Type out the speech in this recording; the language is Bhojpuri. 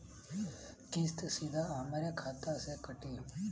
किस्त सीधा हमरे खाता से कटी?